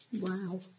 Wow